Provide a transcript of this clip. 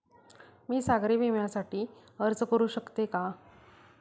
मी सागरी विम्यासाठी अर्ज करू शकते का?